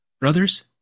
Brothers